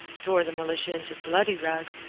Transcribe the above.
tore the militia into bloody rags,